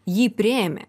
jį priėmė